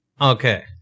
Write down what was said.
Okay